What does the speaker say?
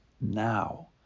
now